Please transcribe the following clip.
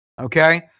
okay